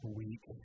week